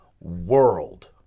world